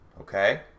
Okay